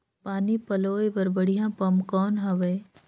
पानी पलोय बर बढ़िया पम्प कौन हवय?